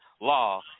Law